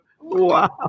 Wow